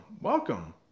Welcome